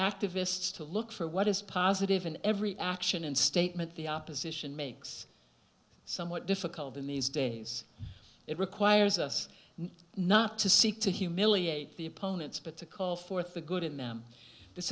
activists to look for what is positive in every action and statement the opposition makes somewhat difficult in these days it requires us not to seek to humiliate the opponents but to call forth the good in them this